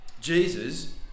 Jesus